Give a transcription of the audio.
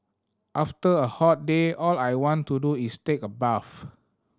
after a hot day all I want to do is take a bath